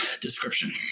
Description